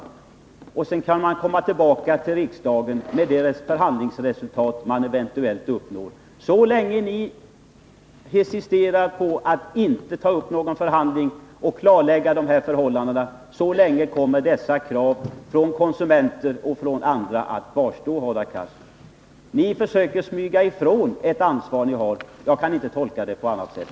Sedan kan man komma tillbaka till riksdagen med det förhandlingsresultat som eventuellt uppnås. Så länge ni motsätter er att ta upp en förhandling och klarlägga förhållandena, så länge kommer kraven från konsumenter och andra att kvarstå, Hadar Cars. Ni försöker smyga ifrån ett ansvar som ni har. Jag kan inte tolka det på annat sätt.